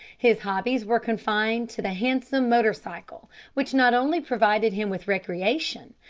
his hobbies were confined to the handsome motor-cycle, which not only provided him with recreation,